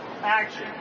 Action